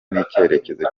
n’icyerekezo